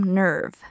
nerve